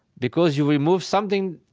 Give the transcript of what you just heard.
because you remove something,